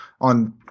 on